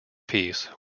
peace